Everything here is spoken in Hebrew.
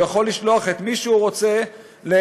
הוא יכול לשלוח את מי שהוא רוצה לפחון.